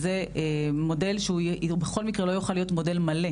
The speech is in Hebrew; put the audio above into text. זה מודל שהוא בכל מקרה לא יוכל להיות מודל מלא,